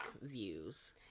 views